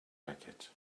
racket